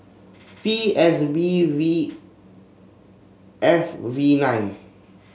B S B V F V nine